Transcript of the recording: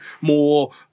more